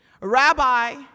Rabbi